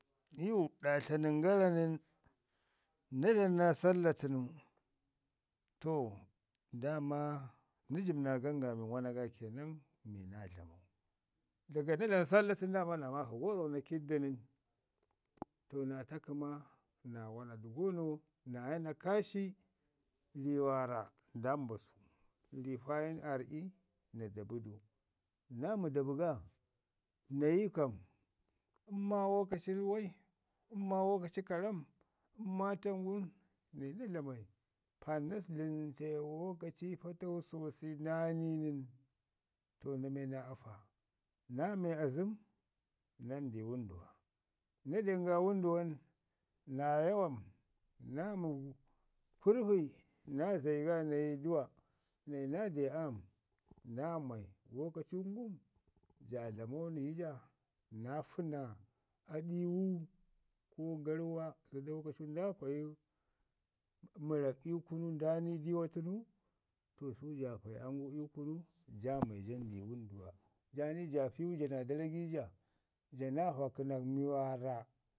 Iyu ɗa tlanən gara nən na dlamu naa salla tənu, to daama naa jəb naa gangamin wana ga kenan mi naa dlamau. Daga na dlamu naa dlamu naa salla tənu daama naa maka gəro na kid du nən to naa ta kəma na wana, dəgo no naa ya naa kaashi ri waarra nda nibasu, ri faayin aa rrə'i da dabi du. Naa mi dabi ga, na yi kam, əm ma lokaci ruwai, əm ma lokaci karam, əm tam gu, naa yi naa dlamai, parr na zəga du nən sek lokaci patau sosai naa ni nən, to na me naa afa naa me azəm, nan di wənduwa. Na den ga wənduwan, naa ya wain, naa nu kurpi naa zayi go naa yi duwa naa de am naa mai lokacum ngum ja dlamau bi jo naa fəna adiiyu ko garwa zada lokacu nda payi mərak ii kunu nda ni diiwa tənu, to su ja payi am gu ii kunu ja mai jandi ii wəndume jaa ni ja piwu jo naa daragi ja, ja naa vakənak mi waarra,